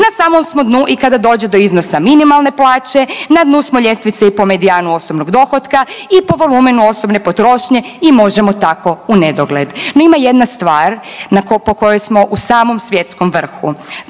Na samom smo dnu i kada dođe do iznosa minimalne plaće, na dnu smo ljestvice i po medijanu osobnog dohotka i po volumenu osobne potrošnje i možemo tako u nedogled. No ima jedna stvar po kojoj smo u samom svjetskom vrhu,